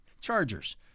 Chargers